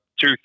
two